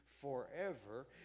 forever